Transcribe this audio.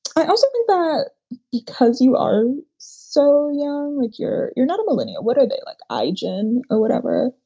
i also think that because you are so young, like your you're not a millennial. what are they like age and or whatever.